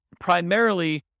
primarily